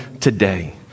today